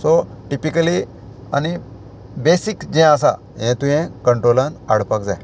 so typically आनी basic जें आसा हें तुवें कंट्रोलान हाडपाक जाय